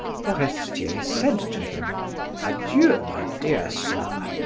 forestier said to him adieu, my dear sir,